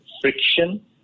friction